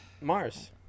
Mars